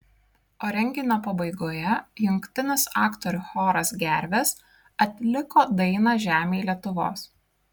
o renginio pabaigoje jungtinis aktorių choras gervės atliko dainą žemėj lietuvos